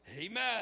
Amen